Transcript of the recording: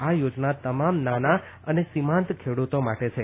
આ યોજના તમામ નાના અને સીમાંત ખેડતો માટે છે